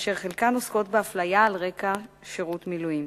אשר חלקן עוסקות באפליה על רקע שירות מילואים.